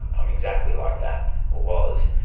i'm exactly like that, or was.